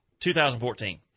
2014